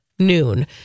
Noon